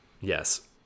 Yes